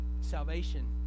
Salvation